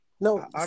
No